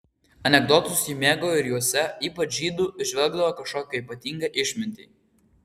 anekdotus ji mėgo ir juose ypač žydų įžvelgdavo kažkokią ypatingą išmintį